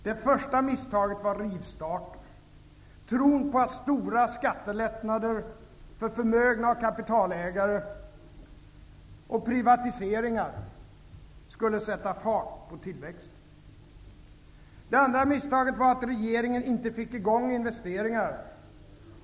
Det första misstaget var rivstarten, tron på att stora skattelättnader för förmögna och kapitalägare samt privatiseringar skulle sätta fart på tillväxten. Det andra misstaget var att regeringen inte fick i gång investeringar.